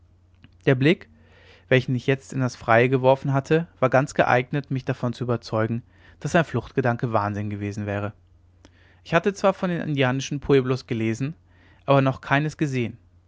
der blick welchen ich jetzt in das freie geworfen hatte war ganz geeignet mich davon zu überzeugen daß ein fluchtgedanke wahnsinn gewesen wäre ich hatte zwar von den indianischen pueblos gelesen aber noch keines gesehen